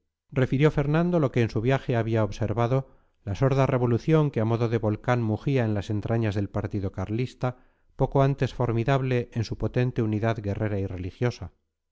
refirió fernando lo que en su viaje había observado la sorda revolución que a modo de volcán mugía en las entrañas del partido carlista poco antes formidable en su potente unidad guerrera y religiosa